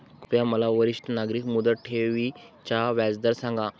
कृपया मला वरिष्ठ नागरिक मुदत ठेवी चा व्याजदर सांगा